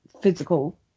physical